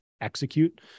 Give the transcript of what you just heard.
execute